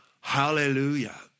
Hallelujah